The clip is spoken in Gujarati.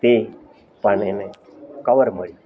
તે પણ એને કવર મળ્યું